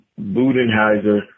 Budenheiser